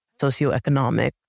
socioeconomic